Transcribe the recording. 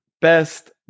best